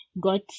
got